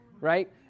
right